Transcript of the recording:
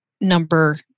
number